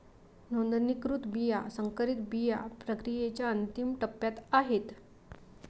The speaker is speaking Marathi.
नोंदणीकृत बिया संकरित बिया प्रक्रियेच्या अंतिम टप्प्यात आहेत